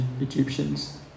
Egyptians